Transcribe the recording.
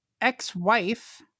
ex-wife